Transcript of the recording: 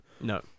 no